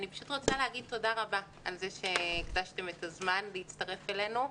אני רוצה להגיד תודה רבה על שהקדשתם את הזמן להצטרף אלינו,